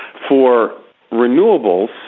for renewables,